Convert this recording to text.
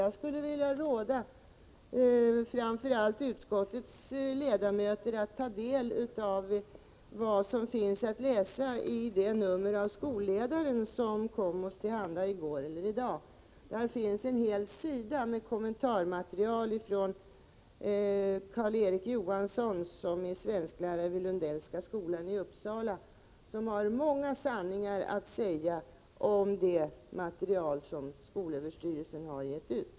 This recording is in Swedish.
Jag skulle vilja råda framför allt utskottets ledamöter att ta del av vad som finns att läsa i det nummer av Skolledaren som kom oss till handa häromdagen. Där finns en hel sida med kommentarmaterial av Carl-Eric Johansson, som är svensklärare vid Lundellska skolan i Uppsala. Han har många sanningar att säga om det material som skolöverstyrelsen har gett ut.